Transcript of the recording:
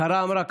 השרה אמרה.